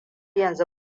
yanzu